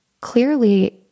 clearly